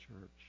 church